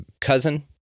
cousin